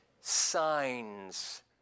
Signs